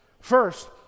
First